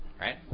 right